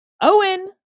Owen